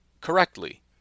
correctly